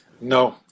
No